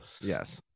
yes